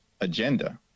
agenda